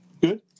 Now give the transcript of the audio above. Good